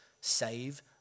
save